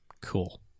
cool